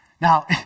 Now